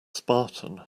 spartan